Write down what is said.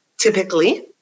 Typically